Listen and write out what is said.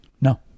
No